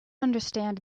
understand